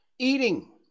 Eating